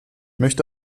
möchte